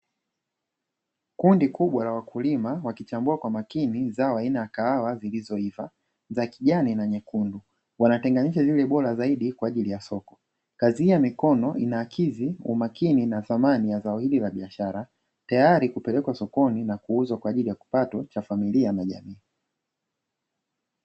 Kundi kubwa la wakulima wakichambua kwa makini zao aina ya kahawa zilizoiva za kijani na nyekundu, wanatenganisha zile bora zaidi kwa ajili ya soko. Kazi hii ya mikono inaakidhi kwa makini zao hili la thamani la biashara, tayari kupelekwa sokoni na kuuzwa kwa ajili ya kipato cha familia na jamii.